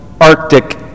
Arctic